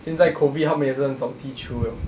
现在 COVID 他们也是很少踢球 liao